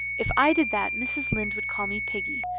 if i did that mrs. lynde would call me piggy.